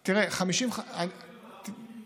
אתה לא חושב שהקורונה היא מרכיב משפיע?